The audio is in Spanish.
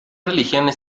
religiones